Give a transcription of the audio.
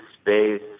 space